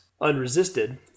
unresisted